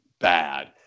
bad